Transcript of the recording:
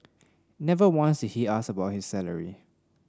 never once he ask about his salary